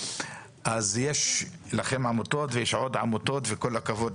אז יש לכם עמותות ויש עוד עמותות וכל הכבוד